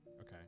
Okay